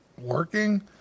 working